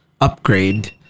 upgrade